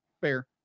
fair